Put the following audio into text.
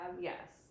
Yes